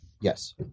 Yes